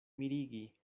mirigi